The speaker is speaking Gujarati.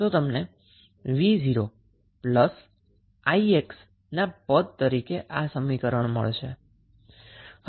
તો તમને 𝑣0 અને 𝑖𝑥 ની ટર્મ મા આ સમીકરણ મળશે